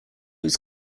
was